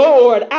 Lord